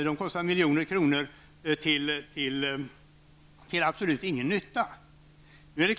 Det kostar miljoner kronor till absolut ingen nytta.